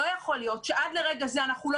לא יכול להיות שעד לרגע זה אנחנו לא